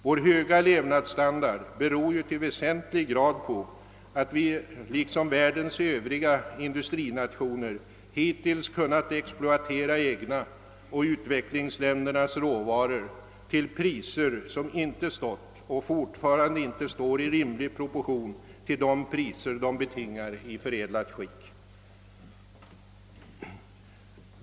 Vår höga levnadsstandard beror ju till väsentlig grad på att vi liksom världens övriga industrinationer hittills kunnat exploatera våra egna och utvecklingsländernas råvaror till priser som inte stått och fortfarande inte står i rimlig proportion till de priser de betingar i förädlat skick.